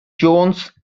jones